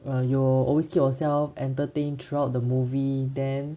err you will always keep yourself entertained throughout the movie then